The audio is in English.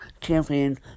champion